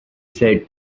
said